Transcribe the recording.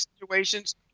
situations